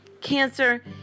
Cancer